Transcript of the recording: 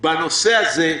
בנושא הזה,